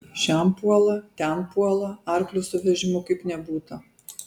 šen puola ten puola arklio su vežimu kaip nebūta